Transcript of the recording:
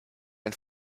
ein